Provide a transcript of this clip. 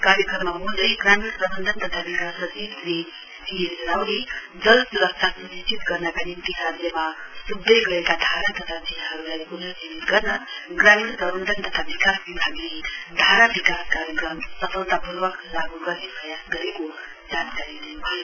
कार्यक्रममा वोल्दै ग्रामीण प्रवन्धन तथा विकास सचिव श्री सीएस रावले जल सुरक्षा सुनिश्चित गर्नका निम्ति राज्यमा सुक्दै गएका धारा तथा झीलहरुलाई पुनर्जीवित गर्न ग्रामीण प्रवन्धन तथा विकास विभागले धारा विकास कार्यक्रम सफलतापूर्वक लागू गर्ने प्रयास गरेको जानकारी दिनुभयो